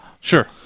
Sure